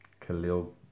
Khalil